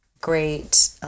great